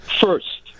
first